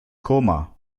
koma